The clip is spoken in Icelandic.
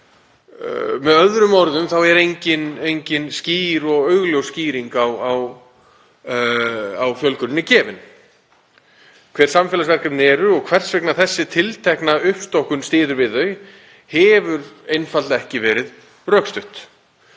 Með öðrum orðum er engin skýr og augljós skýring á fjölguninni gefin. Hver samfélagsverkefnin eru og hvers vegna þessi tiltekna uppstokkun styður við þau hefur einfaldlega ekki verið rökstutt.